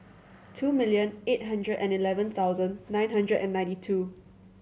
two million eight hundred and eleven thousand nine hundred and ninety two